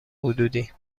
حدودی